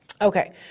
Okay